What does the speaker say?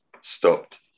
stopped